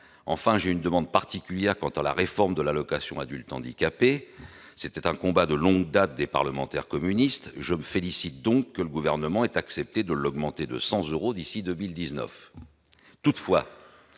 Enfin, j'ai une demande particulière relative à la réforme de l'allocation aux adultes handicapés, l'AAH. Sa revalorisation était un combat de longue date des parlementaires communistes ; je me félicite donc que le Gouvernement ait accepté de l'augmenter de 100 euros d'ici à 2019.